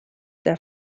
der